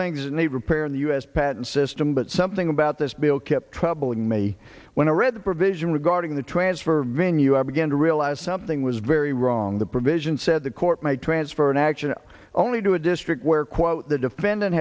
things in the repair of the u s patent system but something about this bill kept troubling me when i read the provision regarding the transfer venue i began to realize something was very wrong the provision said the court might transfer an action only to a district where quote the defendant